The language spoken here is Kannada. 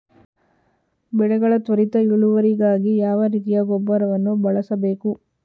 ಬೆಳೆಗಳ ತ್ವರಿತ ಇಳುವರಿಗಾಗಿ ಯಾವ ರೀತಿಯ ಗೊಬ್ಬರವನ್ನು ಬಳಸಬೇಕು?